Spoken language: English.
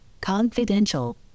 confidential